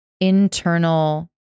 internal